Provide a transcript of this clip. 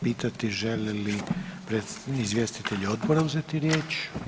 pitati žele li izvjestitelji odbora uzeti riječ?